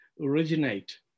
originate